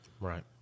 Right